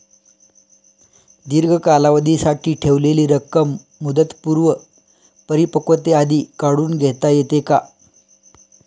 दीर्घ कालावधीसाठी ठेवलेली रक्कम मुदतपूर्व परिपक्वतेआधी काढून घेता येते का?